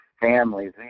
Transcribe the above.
families